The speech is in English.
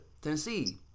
Tennessee